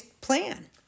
plan